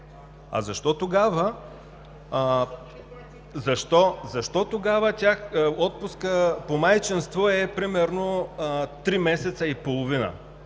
А защо тогава отпускът по майчинство е примерно 3 месеца и половина